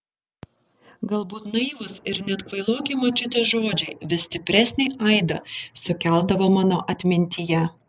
galbūt naivūs ir net kvailoki močiutės žodžiai vis stipresnį aidą sukeldavo mano atmintyje